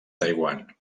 taiwan